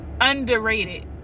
underrated